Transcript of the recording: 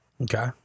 Okay